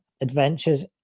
adventures